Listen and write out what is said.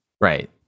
Right